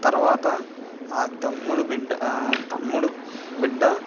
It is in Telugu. తర్వాత ఆ తమ్ముడు బిడ్డ తమ్ముడు బిడ్డ